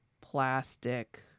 plastic